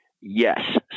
Yes